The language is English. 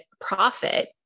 profit